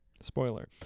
Spoiler